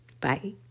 Bye